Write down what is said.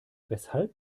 weshalb